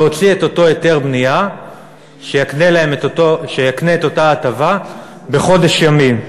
להוציא את אותו היתר בנייה שיקנה להם את אותה הטבה בחודש ימים.